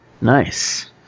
Nice